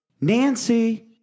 nancy